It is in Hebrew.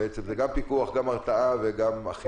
זה פיקוח, הרתעה וגם אכיפה.